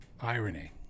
irony